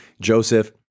Joseph